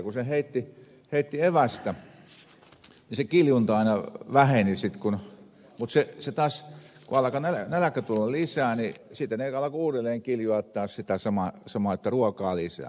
kun heitti evästä niin kiljunta aina väheni mutta kun nälkä alkoi tulla lisää niin ne alkoivat uudelleen kiljua sitä samaa että ruokaa lisää